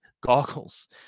goggles